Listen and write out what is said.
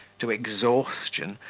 to exhaustion,